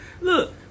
Look